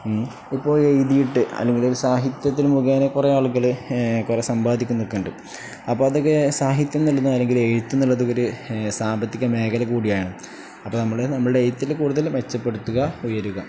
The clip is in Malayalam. ഇപ്പോ എഴുതിയിട്ട് അല്ലെങ്കിൽ ഒരു സാഹിത്യത്തി മുഖേനെ കൊറേ ആളുകള് കൊറേ സമ്പാദിക്ക നിക്കണ്ട് അപ്പ അതൊക്കെ സാഹിത്ംുള്ളത അല്ലെങ്കിൽ എഴുത്ത്ന്നുള്ളതക്കര് സാമ്പത്തിക മേഖല കൂടിയാണ് അപ്പ നമ്മള് നമ്മൾുടെ എഴുത്തില് കൂടുതല് മെച്ചപ്പെടുത്തുക ഉയരുക